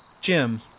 Jim